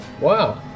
wow